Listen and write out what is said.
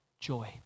joy